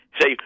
say